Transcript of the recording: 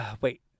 Wait